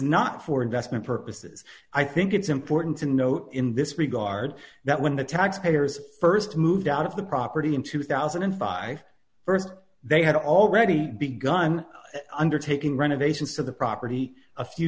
investment purposes i think it's important to note in this regard that when the taxpayers st moved out of the property in two thousand and five st they had already begun undertaking renovations to the property a few